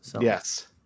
Yes